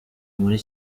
muri